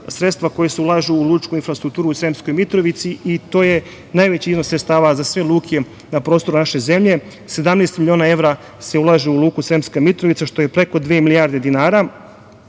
sredstva koja se ulažu u lučku infrastrukturu, u Sremskoj Mitrovici i to je najveći iznos sredstava za sve luke, na prostoru naše zemlje, 17 miliona evra se ulaže u luku Sremska Mitrovica, što je preko dve milijarde dinara